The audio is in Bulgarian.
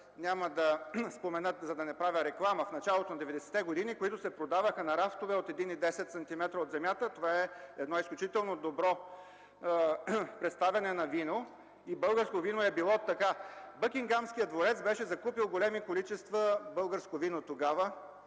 няма да спомена, за да не правя реклама, които в началото на 90-те години се продаваха на рафтове на 110 сантиметра от земята. Това е едно изключително добро представяне на вино – и за българското вино е било така. Бъкингамският дворец беше закупил големи количества българско вино тогава,